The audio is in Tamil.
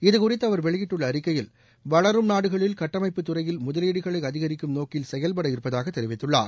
இது குறித்து அவர் வெளியிட்டுள்ள அறிக்கையில் வளரும் நாடுகளில் கட்டமைப்பு துறையில் முதலீடுகளை அதிகரிக்கும் நோக்கில் செயல்பட இருப்பதாக தெரிவித்துள்ளார்